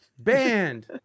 Banned